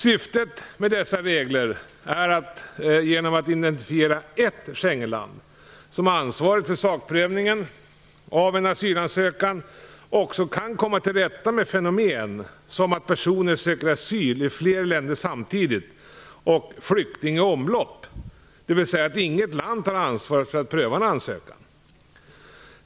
Syftet med dessa regler är att man genom att identifiera ett Schengenland som ansvarigt för sakprövningen av en asylansökan också kan komma till rätta med fenomen som att personer söker asyl i flera länder samtidigt och "flykting i omlopp", dvs. att inget land tar ansvar för att pröva en ansökan.